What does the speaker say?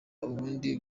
ubundi